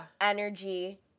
energy